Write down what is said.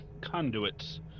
conduits